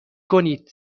کنید